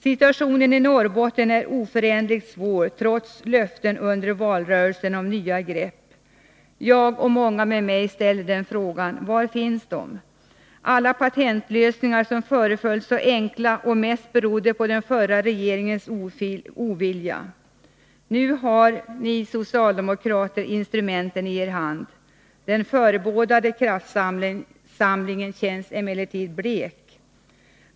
Situationen i Norrbotten är oföränderligt svår trots löften under valrörelsen om nya grepp. Jag, och många med mig, ställer frågan: Var finns dessa nya grepp? Alla patentlösningar som föreföll så enkla och mest berodde på den förra regeringens ovilja — nu har ni socialdemokrater instrumenten i er hand! Den förebådande kraftsamlingen känns emellertid blek.